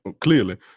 Clearly